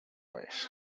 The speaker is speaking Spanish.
vez